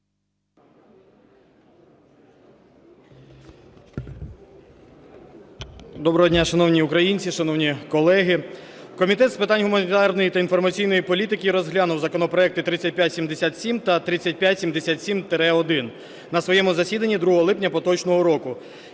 Доброго дня, шановні українці! Шановні колеги! Комітет з питань гуманітарної та інформаційної політики розглянув законопроекти 3577 та 3577-1 на своєму засіданні 2 липня поточного року.